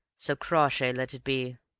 so crawshay let it be.